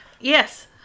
Yes